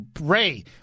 Ray